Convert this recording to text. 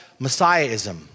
messiahism